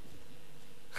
חברים,